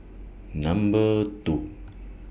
Number two